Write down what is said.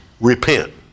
repent